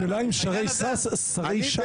השאלה אם שרי ש"ס בעד.